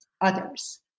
others